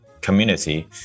community